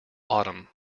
autumn